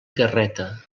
garreta